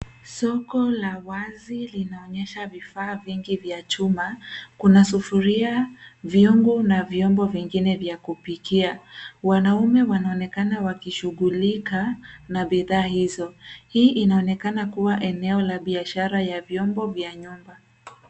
Soko la wazi linaonyesha vifaa vingi vya chuma, kuna sufuria, vyombo na vyombo vingine vya kupikia. Wanaume wanaonekana wakishughulika na bidhaa hizo. Hii inaonekana kuwa eneo la biashara ya vyombo vya nyumba.